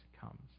comes